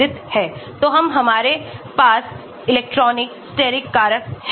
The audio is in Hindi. तो हम हमारे पास इलेक्ट्रॉनिक steric कारक हैं